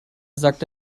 sagt